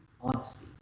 honesty